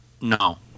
No